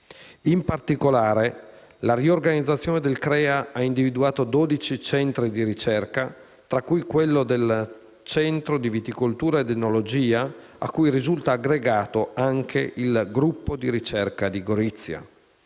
In particolare, la riorganizzazione del Crea ha individuato dodici centri di ricerca, tra cui il centro di viticoltura ed enologia, cui risulta aggregato anche il gruppo di ricerca di Gorizia.